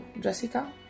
Jessica